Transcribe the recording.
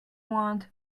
want